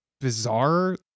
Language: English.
bizarre